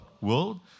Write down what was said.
world